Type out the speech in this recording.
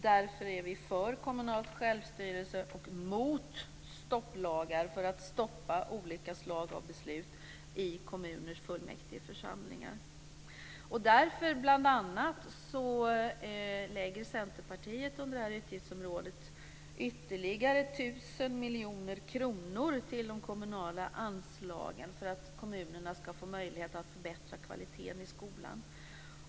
Därför är vi för kommunal självstyrelse och mot stopplagar för att stoppa olika slag av beslut i kommuners fullmäktigeförsamlingar. Därför, bl.a., lägger Centerpartiet under detta utgiftsområde ytterligare 1 000 miljoner kronor till de kommunala anslagen. Vi vill att kommunerna ska få möjlighet att förbättra kvaliteten i skolan.